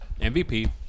MVP